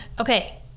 Okay